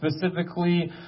specifically